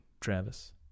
Travis